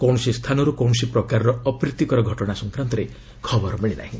କୌଣସି ସ୍ଥାନରୁ କୌଣସି ପ୍ରକାରର ଅପ୍ରୀତିକର ଘଟଣା ସଂକ୍ରାନ୍ତରେ ଖବର ମିଳିନାହିଁ